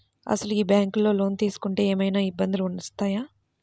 అసలు ఈ బ్యాంక్లో లోన్ తీసుకుంటే ఏమయినా ఇబ్బందులు వస్తాయా?